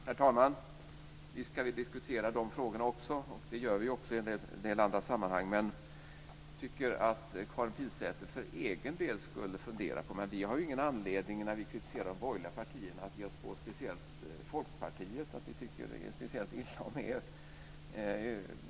Herr talman! Visst kan vi diskutera de frågorna också, och det gör vi i en del andra sammanhang. Jag tycker att Karin Pilsäter för egen del borde fundera på det. När vi kritiserar de borgerliga partierna har vi ingen anledning att ge oss på just Folkpartiet därför att vi skulle tycka speciellt illa om Folkpartiet.